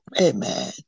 Amen